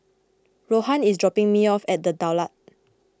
Rohan is dropping me off at the Daulat